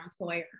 employer